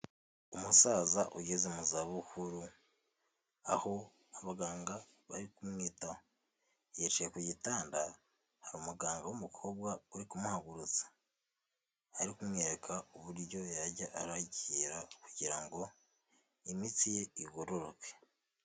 Umusaza ugeze mu za bukuru aho abaganga bari kumwitaho yicaye ku gitanda hari umuganga w'umukobwa uri kumuhagurutsa ari kumwereka uburyo yajya aragira kugira ngo imitsi ye igororoke.